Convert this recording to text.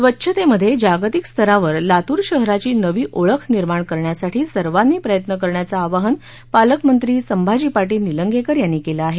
स्वच्छतेमध्ये जागतिक स्तरावर लातूर शहराची नवी ओळख निर्माण करण्यासाठी सर्वांनी प्रयत्न करण्याचं आवाहन पालकमंत्री संभाजी पाटील निलंगेकर यांनी केलं आहे